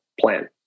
plan